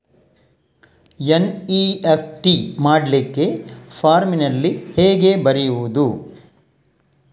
NEFT ಮಾಡ್ಲಿಕ್ಕೆ ಫಾರ್ಮಿನಲ್ಲಿ ಹೇಗೆ ಬರೆಯುವುದು?